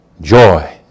joy